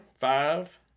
five